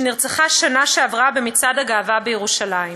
שנרצחה בשנה שעברה במצעד הגאווה בירושלים.